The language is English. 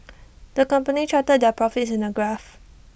the company charted their profits in A graph